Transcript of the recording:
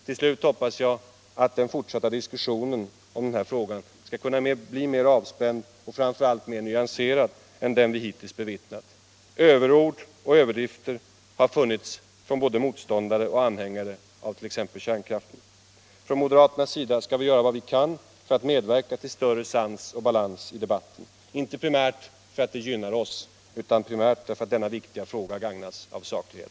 Till sist hoppas jag att den fortsatta diskussionen skall kunna bli mer avspänd och framför allt mer nyanserad än den vi hittills bevittnat. Överord och överdrifter har både motståndare till och anhängare av kärn kraften gjort sig skyldiga till. Från moderaternas sida skall vi göra vad vi kan för att medverka till större sans och balans i debatten — inte primärt för att det skulle gynna oss utan främst därför att denna viktiga fråga bäst gagnas av saklighet.